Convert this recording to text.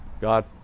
God